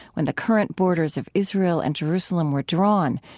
when the current borders of israel and jerusalem were drawn,